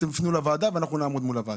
תפנו לוועדה ואנחנו נעמוד מול הוועדה.